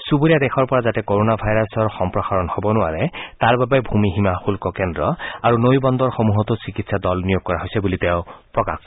চুবুৰীয়া দেশৰ পৰা যাতে ক ৰোণা ভাইৰাছৰ সম্প্ৰসাৰণ হব নোৱাৰে তাৰ বাবে ভূমি সীমা শুল্ক কেন্দ্ৰ আৰু নৈ বন্দৰসমূহতো চিকিৎসকা দল নিয়োগ কৰা হৈছে বুলি তেওঁ প্ৰকাশ কৰে